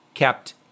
Kept